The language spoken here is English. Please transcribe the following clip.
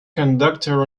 conductor